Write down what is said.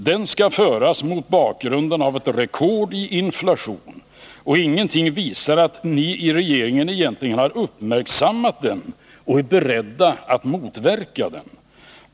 Den skall föras mot bakgrunden av ett rekord i inflation, och ingenting visar att ni i regeringen egentligen har uppmärksammat den och är beredda att motverka den.